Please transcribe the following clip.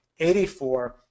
84